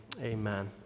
amen